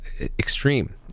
extreme